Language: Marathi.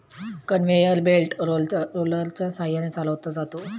कन्व्हेयर बेल्ट रोलरच्या सहाय्याने चालवला जातो